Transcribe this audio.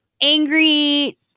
angry